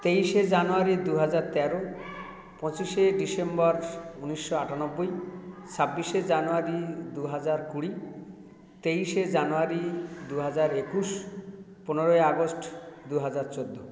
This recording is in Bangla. তেইশে জানুয়ারি দু হাজার তেরো পঁচিশে ডিসেম্বর উনিশশো আটানব্বই ছাব্বিশে জানুয়ারি দু হাজার কুড়ি তেইশে জানুয়ারি দু হাজার একুশ পনেরোই আগস্ট দু হাজার চৌদ্দ